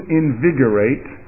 invigorate